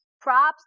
Props